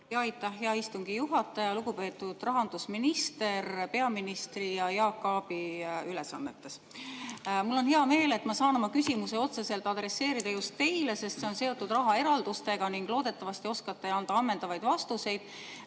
Aitäh, hea istungi juhataja! Lugupeetud rahandusminister peaministri ja Jaak Aabi ülesannetes! Mul on hea meel, et saan oma küsimuse adresseerida just teile, sest see on seotud rahaeraldustega. Loodetavasti oskate anda ammendavaid vastuseid,